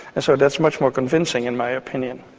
and so that's much more convincing in my opinion.